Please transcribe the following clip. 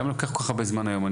למה לוקח כ"כ הרבה זמן היום?